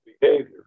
behavior